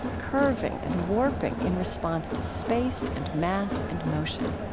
curving and warping in response to space and mass and motion.